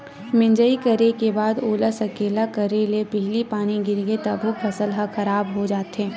मिजई करे के बाद ओला सकेला करे ले पहिली पानी गिरगे तभो फसल ह खराब हो जाथे